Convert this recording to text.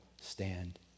stand